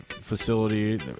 facility